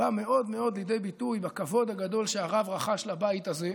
בא מאוד מאוד לידי ביטוי בכבוד הגדול שהרב רחש לבית הזה.